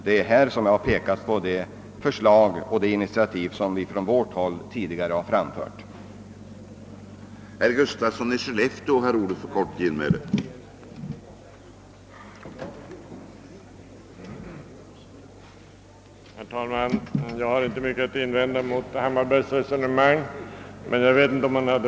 Jag har för min del velat framhålla de förslag som framförts och de initiativ som tagits från vårt håll tidigare.